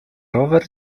rower